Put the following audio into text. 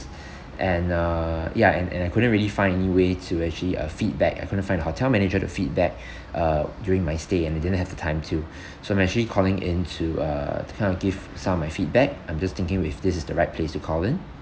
and uh ya and and I couldn't really find any way to actually uh feedback I couldn't find a hotel manager to feedback uh during my stay and they didn't have the time too so I'm actually calling in to uh to kind of give some of my feedback I'm just thinking with this is the right place to call in